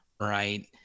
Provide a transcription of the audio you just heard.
right